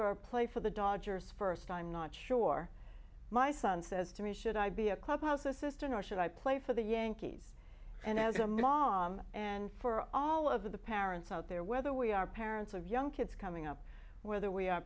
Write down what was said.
or play for the dodgers first time not sure my son says to me should i be a clubhouse assistant or should i play for the yankees and as a mom and for all of the parents out there whether we are parents of young kids coming up whether we